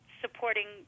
supporting